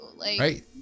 Right